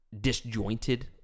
disjointed